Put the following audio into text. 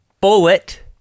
bullet